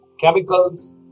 chemicals